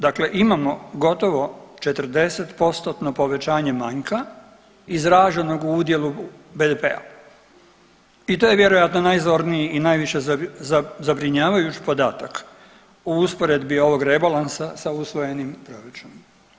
Dakle, imamo gotovo 40%-tno povećanje manjka izraženog u udjelu BDP-a i to je vjerojatno najzorniji i najviše zabrinjavajući podatak u usporedbi ovog rebalansa sa usvojenim proračunom.